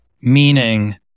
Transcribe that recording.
meaning